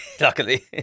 luckily